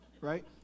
right